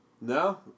No